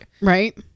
Right